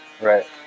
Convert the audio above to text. right